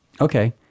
Okay